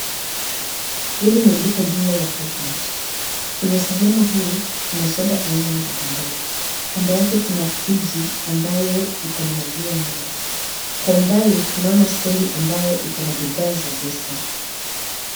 Hili ni duka jumla la Quickmart. Kwenye sehemu hii kuna soda aina mbali mbali. Kando yake kuna friji ambayo iko na maziwa mala. Kwa umbali tunaona stendi ambayo iko na bidhaa za zesta.